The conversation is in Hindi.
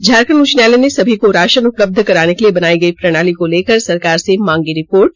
झारखंड उच्च न्यायालय ने सभी को राषन उपलब्ध कराने के लिए बनाई गई प्रणाली को लेकर सरकार से मांगी रिपोर्ट